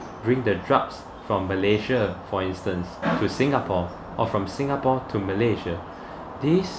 bring the drugs from malaysia for instance to singapore or from singapore to malaysia this